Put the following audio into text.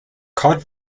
cod